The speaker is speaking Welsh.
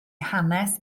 hanes